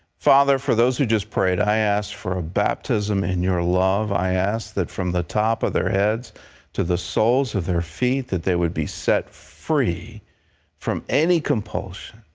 father, for those who just prayed, i ask for a baptism in your love. i ask that from the top of their heads to the soles of their feet, that they would be set free from any compulsion,